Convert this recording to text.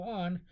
on